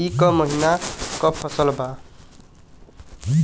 ई क महिना क फसल बा?